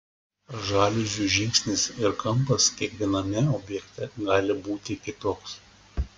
žaliuzių žingsnis ir kampas kiekviename objekte gali būti kitoks